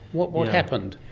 what what happened?